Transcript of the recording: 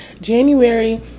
January